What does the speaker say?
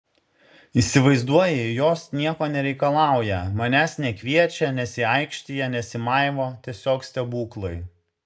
įsivaizduoji jos nieko nereikalauja manęs nekviečia nesiaikštija nesimaivo tiesiog stebuklai